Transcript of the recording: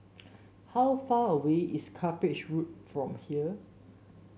how far away is Cuppage Road from here